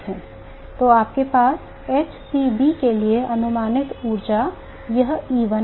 तो आपके पास h c B के लिए अनुमानित ऊर्जा है यह E1 है